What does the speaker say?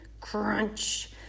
Crunch